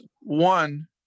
one